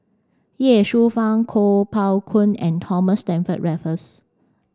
Ye Shufang Kuo Pao Kun and Thomas Stamford Raffles